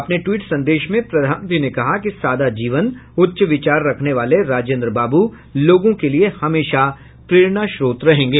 अपने ट्वीट संदेश में प्रधानमंत्री ने कहा कि सादा जीवन उच्च विचार रखने वाले राजेन्द्र बाबू लोगों के लिये हमेशा प्रेरणास्रोत रहेंगे